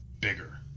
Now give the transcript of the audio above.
bigger